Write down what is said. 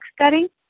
Study